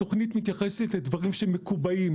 התוכנית מתייחסת לדברים שהם מקובעים,